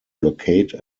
locate